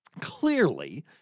Clearly